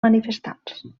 manifestants